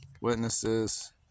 witnesses